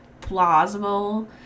plausible